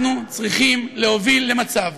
אנחנו צריכים להוביל למצב